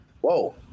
whoa